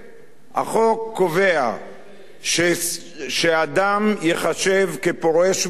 החוק קובע שאדם ייחשב כפורש מסיעה